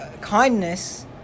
kindness